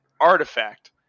artifact